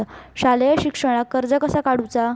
शालेय शिक्षणाक कर्ज कसा काढूचा?